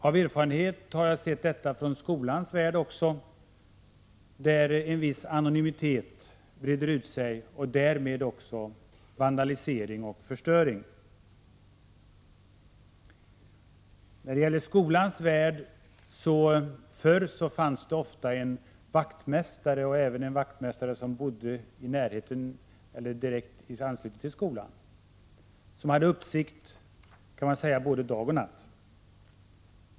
Av erfarenhet har jag sett detta från skolans värld också, där en viss anonymitet breder ut sig och därmed också vandalisering och förstörelse. I skolans värld fanns förr en vaktmästare, ofta en vaktmästare som bodde i närheten av eller i direkt anslutning till skolan. Han hade uppsikt, kan man säga, både dag och natt.